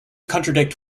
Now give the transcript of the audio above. contradict